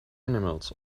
animals